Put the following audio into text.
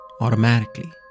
automatically